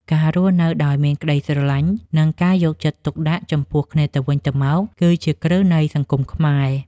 ការរស់នៅដោយមានក្តីស្រឡាញ់ និងការយកចិត្តទុកដាក់ចំពោះគ្នាទៅវិញទៅមកគឺជាគ្រឹះនៃសង្គមខ្មែរ។